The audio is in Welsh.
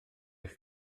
eich